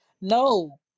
No